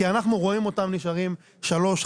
כי אנחנו רואים אותם נשארים שלוש,